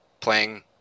playing